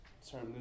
sorry